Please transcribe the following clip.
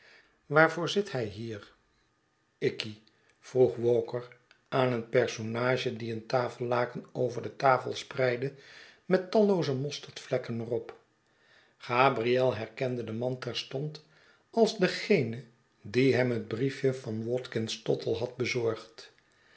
waarvoor zit hij hier ikey vroeg walker aan een personage die een tafellaken over de tafel spreidde met tallooze mosterdvlekken er op gabriel herkende den man terstond als dengene die hem het brief je van watkins tottle had bezorgd